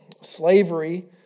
Slavery